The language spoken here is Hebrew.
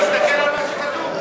תסתכל על מה שכתוב.